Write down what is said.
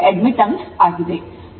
ಪರಸ್ಪರ ಸಂಬಂಧವನ್ನು ನಾವು ಈಗ ನೋಡಿದ್ದೇವೆ